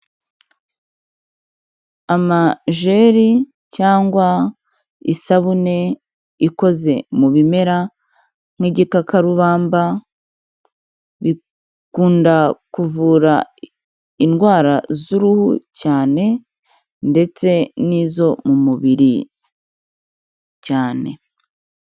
Amajeri cyangwa isabune ikoze mu bimera nk'igikakarubamba, bikunda kuvura indwara z'uruhu cyane ndetse n'izo mu mubiri cyane.